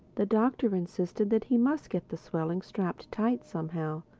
the doctor insisted that he must get the swelling strapped tight somehow.